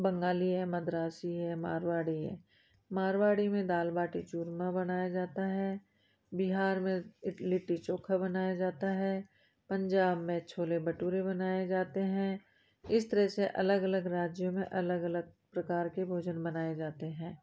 बंगाली है मद्रासी है मारवाड़ी है मारवाड़ी में दाल बाटी चूरमा बनाया जाता है बिहार में इट लिट्टी चोखा बनाया जाता है पंजाब में छोले भटूरे बनाए जाते हैं इस तरह से अलग अलग राज्य में अलग अलग प्रकार के भोजन बनाए जाते हैं